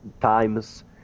times